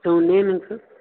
sir உங்கள் name என்னங்க sir